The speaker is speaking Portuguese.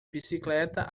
bicicleta